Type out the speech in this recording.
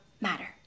matter